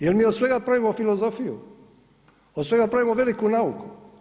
Jer mi od svega pravimo filozofiju, od svega pravimo veliku nauku.